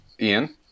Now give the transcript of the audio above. Ian